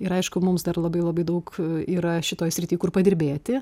ir aišku mums dar labai labai daug yra šitoj srity kur padirbėti